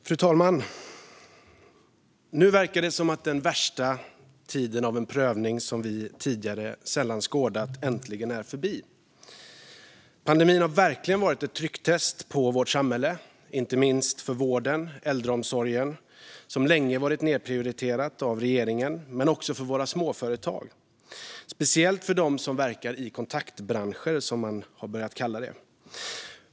Fru talman! Nu verkar det som om den värsta tiden av en prövning som vi sällan tidigare skådat äntligen är förbi. Pandemin har verkligen varit ett trycktest på vårt samhälle, inte minst för vården och äldreomsorgen, som länge varit nedprioriterade av regeringen, men också för våra småföretag - speciellt för dem som verkar i kontaktbranscher, som man har börjat kalla det.